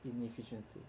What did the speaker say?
inefficiency